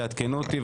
תעדכנו אותי,